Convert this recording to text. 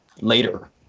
later